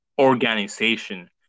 organization